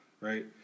Right